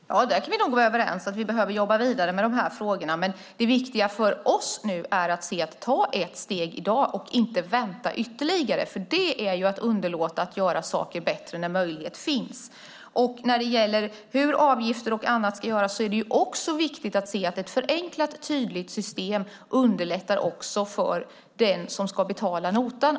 Herr talman! Där kan vi nog vara överens. Vi behöver jobba vidare med de här frågorna. Det viktiga för oss nu är att ta ett steg i dag och inte vänta ytterligare. Det skulle vara att underlåta att göra saker bättre när möjlighet finns. När det gäller hur avgifter och annat ska tas ut är det också viktigt att se att ett förenklat och tydligt system också underlättar för den som ska betala notan.